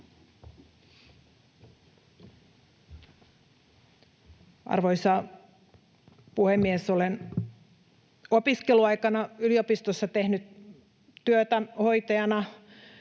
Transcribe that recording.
Arvoisa puhemies! Olen opiskeluaikana yliopistossa tehnyt työtä hoitajana.